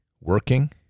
working